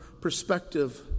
perspective